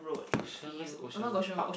ocean west Ocean Park